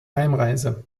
heimreise